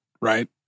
right